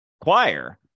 choir